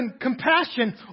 compassion